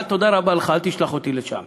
תודה רבה לך, אל תשלח אותי לשם.